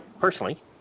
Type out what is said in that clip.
personally